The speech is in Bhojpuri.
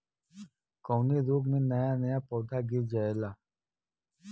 कवने रोग में नया नया पौधा गिर जयेला?